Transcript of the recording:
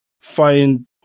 find